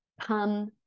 come